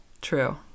True